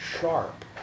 sharp